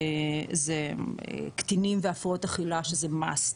זה קטינים והפרעות אכילה שזה must.